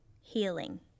healing